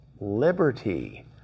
liberty